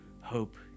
hope